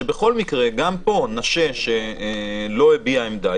שבכל מקרה גם פה נושה שלא הביע עמדה,